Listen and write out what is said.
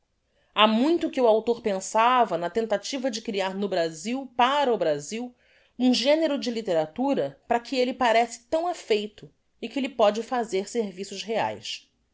ha muito que o author pensava na tentativa de criar no brasil para o brasil um genero de litteratura para que elle parece tão affeito e que lhe pode fazer serviços reaes